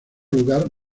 lugar